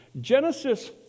Genesis